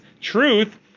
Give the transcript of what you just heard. truth